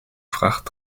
fracht